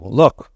look